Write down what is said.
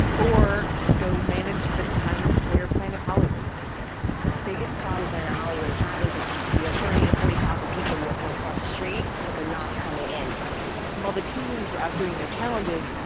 or go manage the times square planet hollywood for a day the biggest problem planet hollywood is having is you have thirty to forty thousand people walking across the street, but they're not coming in while the teams were out doing their challenges,